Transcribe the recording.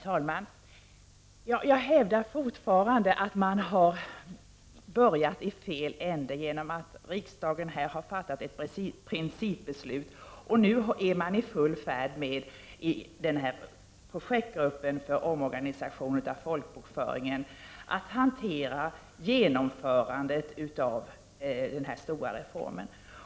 Herr talman! Jag hävdar fortfarande att man har börjat i fel ände i och med att riksdagen här har fattat ett principbeslut och denna projektgrupp för omorganisation av folkbokföringen nu är i full färd med att hantera genomförandet av den här stora reformen.